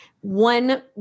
One